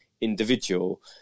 individual